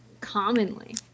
commonly